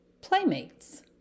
Playmates